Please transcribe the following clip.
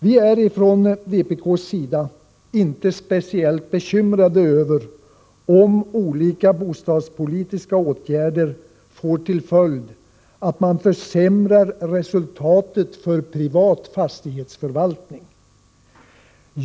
Vi är från vpk:s sida inte speciellt bekymrade över om olika bostadspolitiska åtgärder får till följd att man försämrar resultatet för privat fastighetsförvaltning.